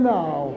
now